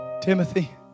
Timothy